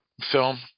film